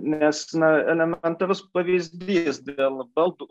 nes na elementarus pavyzdys dėl baldų